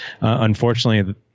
unfortunately